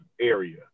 area